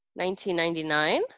1999